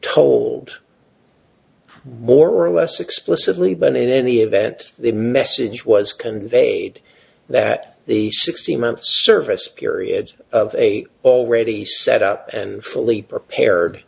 told more or less explicitly but in any event the message was conveyed that the sixteen months service period of a already set up and fully prepared